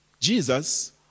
Jesus